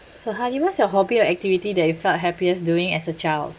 so how you what's your hobby or activity that you felt happiest doing as a child